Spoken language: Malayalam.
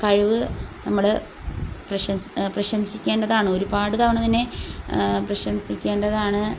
കഴിവ് നമ്മൾ പ്രശംസിക്കേണ്ടതാണ് ഒരുപാടുതവണ തന്നെ പ്രശംസിക്കേണ്ടതാണ്